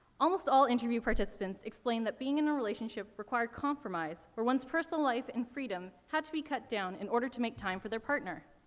almost all interview participants explained that being in a relationship required compromise, where one's personal life and freedom had to be cut down in order to make time for their partner.